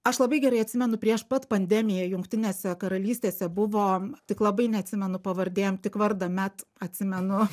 aš labai gerai atsimenu prieš pat pandemiją jungtinėse karalystėse buvo tik labai neatsimenu pavardėm tik vardą med atsimenu